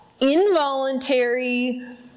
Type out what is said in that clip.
involuntary